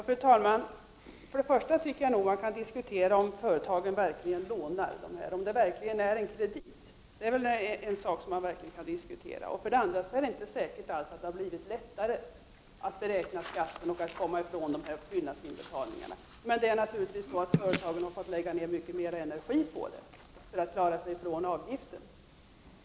Fru talman! För det första tycker jag att man kan diskutera om företagen verkligen lånar de här pengarna, dvs. om det är fråga om en kredit. För det andra är det inte alls säkert att det har blivit lättare att beräkna skatten och att komma ifrån fyllnadsinbetalningarna. Företagen har naturligtvis fått lägga ned mycket mera energi för att klara sig ifrån avgiften.